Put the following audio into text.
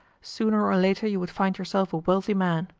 sooner or later you would find yourself a wealthy man.